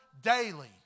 daily